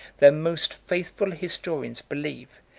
their most faithful historians believe,